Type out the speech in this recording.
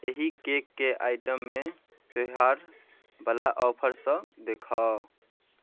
एहि केकके आइटममे त्यौहार बला ऑफर सभ देखाउ